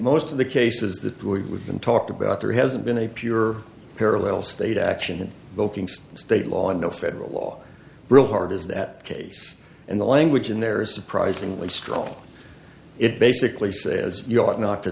most of the cases that we've been talked about there hasn't been a pure parallel state action in the state law and no federal law really hard is that case and the language in there is surprisingly strong it basically says you ought not to